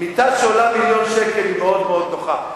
מיטה שעולה מיליון שקל היא מאוד מאוד נוחה,